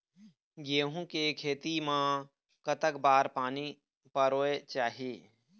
गेहूं के खेती मा कतक बार पानी परोए चाही?